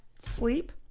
sleep